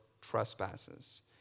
trespasses